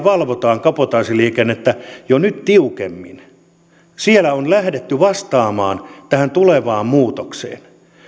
valvotaan kabotaasiliikennettä jo nyt tiukemmin siellä on on lähdetty vastaamaan tähän tulevaan muutokseen